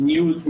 מיניות,